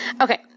Okay